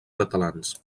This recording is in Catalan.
catalans